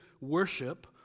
Worship